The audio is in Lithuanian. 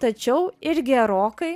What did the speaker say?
tačiau ir gerokai